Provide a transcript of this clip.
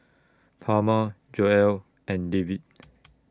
Palma Joella and David